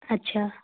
ਅੱਛਾ